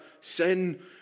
sin